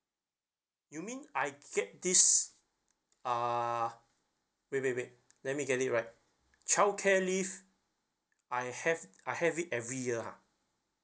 you mean I get this uh wait wait wait let me get it right childcare leave I have I have it every year ah